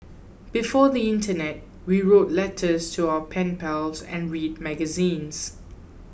before the internet we wrote letters to our pen pals and read magazines